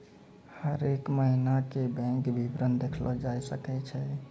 हरेक महिना के बैंक विबरण देखलो जाय सकै छै